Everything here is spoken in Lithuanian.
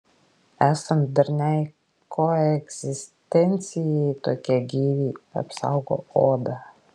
esant darniai koegzistencijai tokie gyviai apsaugo odą